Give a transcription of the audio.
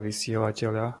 vysielateľa